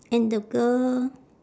and the girl